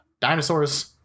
dinosaurs